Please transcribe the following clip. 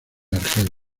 argelia